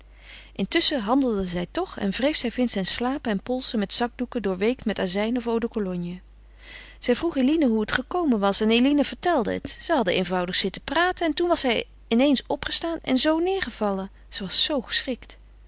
intusschen handelde zij toch en wreef zij vincents slapen en polsen met zakdoeken doorweekt met azijn of eau de cologne zij vroeg eline hoe het gekomen was en eline vertelde het zij hadden eenvoudig zitten praten en toen was hij in eens opgestaan en zo neêrgevallen ze was zoo geschrikt